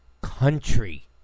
country